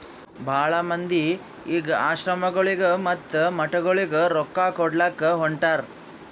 ಭಾಳ ಮಂದಿ ಈಗ್ ಆಶ್ರಮಗೊಳಿಗ ಮತ್ತ ಮಠಗೊಳಿಗ ರೊಕ್ಕಾ ಕೊಡ್ಲಾಕ್ ಹೊಂಟಾರ್